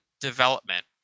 development